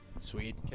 Sweet